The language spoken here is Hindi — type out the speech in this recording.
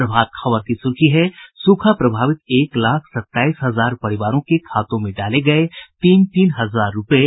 प्रभात खबर की सुर्खी है सूखा प्रभावित एक लाख सत्ताईस हजार परिवारों के खातों में डाले गये तीन तीन हजार रूपये